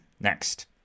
Next